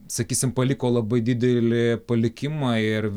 sakysim paliko labai didelį palikimą ir